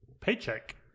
paycheck